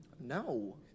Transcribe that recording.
No